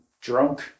drunk